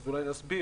אז אולי נסביר.